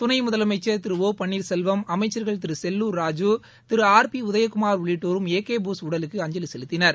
துணை முதலமைச்சா் திரு ஓ பன்னீாசெல்வம் அமைச்சாகள் திரு செல்லுா் ராஜு திரு ஆர் பி உதயகுமாா உள்ளிட்டோரும் ஏ கே போஸ் உடலுக்கு அஞ்சலி செலுத்தினர்